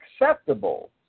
acceptable